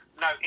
no